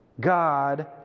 God